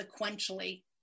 sequentially